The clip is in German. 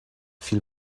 viel